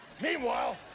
Meanwhile